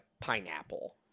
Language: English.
pineapple